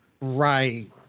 Right